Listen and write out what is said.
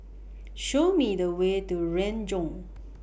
Show Me The Way to Renjong